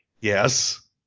Yes